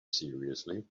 seriously